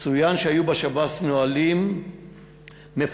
צוין שהיו בשב"ס נהלים מפורטים,